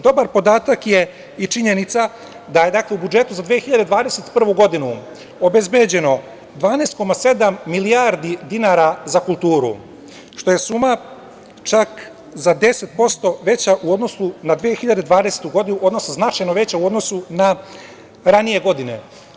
Dobar podatak je i činjenica da je u budžetu za 2021. godinu obezbeđeno 12,7 milijardi dinara za kulturu, što je suma čak za 10% veća u odnosu na 2020. godinu, odnosno značajno veća u odnosu na ranije godine.